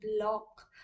block